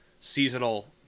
seasonal